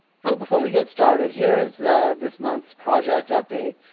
so before we get started here is this month's project update.